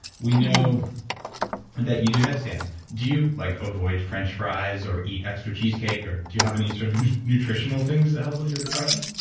we know that you do headstands. do you like avoid french fries or eat extra cheesecake? do you have any sort of nutritional things that help with your depression?